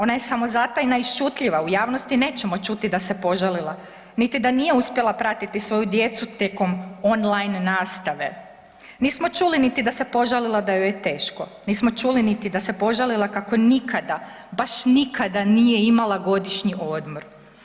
Ona je samozatajna i šutljiva, u javnosti nećemo čuti da se požalila, niti da nije uspjela pratiti svoju djecu tijekom on line nastave, nismo čuli niti da se požalila da joj je teško, nismo čuli niti da se požalila kako nikada, baš nikada nije imala godišnji odmor.